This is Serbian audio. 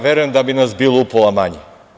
Verujem da bi nas bilo upola manje.